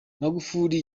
magufuli